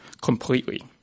completely